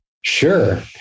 Sure